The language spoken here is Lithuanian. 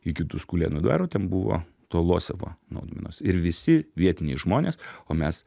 iki tuskulėnų dvaro ten buvo to losevo naudmenos ir visi vietiniai žmonės o mes